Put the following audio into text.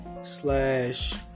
slash